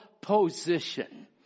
position